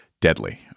deadly